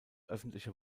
öffentliche